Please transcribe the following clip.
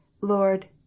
LORD